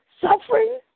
suffering